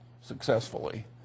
successfully